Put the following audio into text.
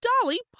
Dolly